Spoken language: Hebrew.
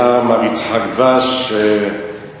היה מר יצחק דבש מהארגון,